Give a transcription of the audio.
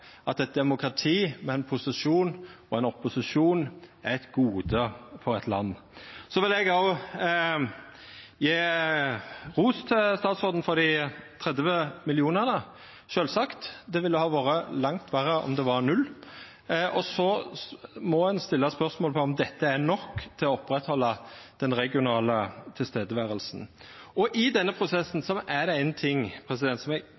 at eit demokrati med ein posisjon og ein opposisjon er eit gode for eit land. Så vil eg òg gje ros til statsråden for dei 30 mill. kr – sjølvsagt. Det ville ha vore langt verre om det var null. Så må ein stilla spørsmålet om dette er nok til å oppretthalda det regionale nærværet. I denne prosessen